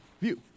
view